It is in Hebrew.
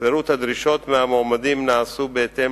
ופירוט הדרישות מהמועמדים נעשה בהתאם